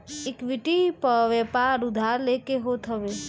equity पअ व्यापार उधार लेके होत हवे